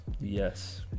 Yes